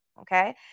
okay